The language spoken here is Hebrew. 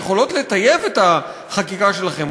יכולות לטייב את החקיקה שלכם,